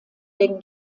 der